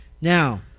Now